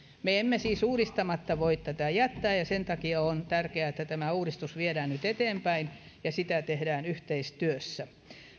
me emme siis uudistamatta voi tätä jättää ja sen takia on tärkeää että tämä uudistus viedään nyt eteenpäin ja sitä tehdään yhteistyössä